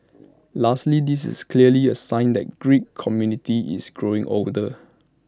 lastly this is clearly A sign that geek community is growing older